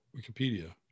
Wikipedia